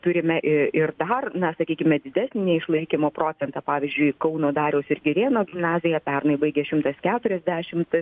turime ir dar na sakykime didesnį neišlaikymo procentą pavyzdžiui kauno dariaus ir girėno gimnaziją pernai baigė šimtas keturiasdešimt